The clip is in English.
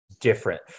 different